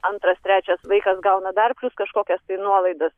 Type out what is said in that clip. antras trečias vaikas gauna dar kažkokias nuolaidas